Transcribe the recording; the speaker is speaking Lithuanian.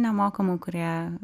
nemokamų kurie